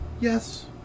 Yes